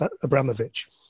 Abramovich